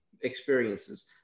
experiences